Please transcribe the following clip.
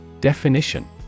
Definition